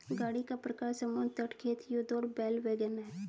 गाड़ी का प्रकार समुद्र तट, खेत, युद्ध और बैल वैगन है